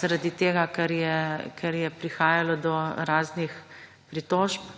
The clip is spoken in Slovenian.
zaradi tega, ker je prihajalo do raznih pritožb.